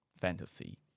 fantasy